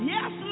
Yes